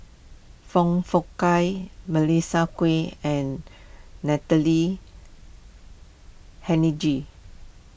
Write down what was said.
Foong Fook Kay Melissa Kwee and Natalie Hennedige